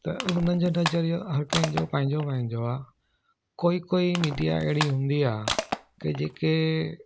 त उन्हनि जी नज़रियो हर कंहिंजो पंहिंजो पंहिंजो आहे कोई कोई मीडिया अहिड़ी हूंदी आहे की जेके